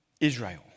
Israel